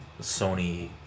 Sony